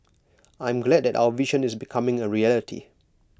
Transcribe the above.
I am glad that our vision is becoming A reality